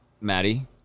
Maddie